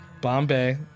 Bombay